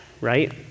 right